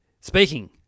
speaking